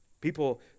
People